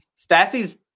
Stassi's